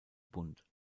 bund